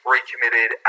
Recommitted